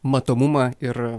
matomumą ir